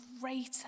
greater